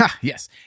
yes